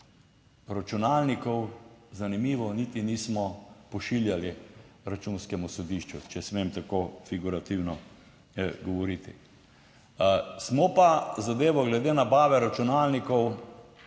Računalnikov, zanimivo, niti nismo pošiljali Računskemu sodišču, če smem tako figurativno govoriti. Smo pa zadevo glede nabave računalnikov